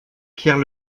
pierre